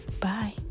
Bye